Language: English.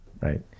right